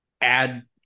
add